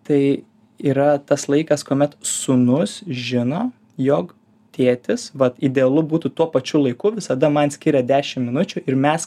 tai yra tas laikas kuomet sūnus žino jog tėtis vat idealu būtu tuo pačiu laiku visada man skiria dešim minučių ir mes